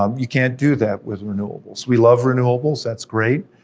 um you can't do that with renewables. we love renewables, that's great,